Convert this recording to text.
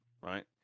right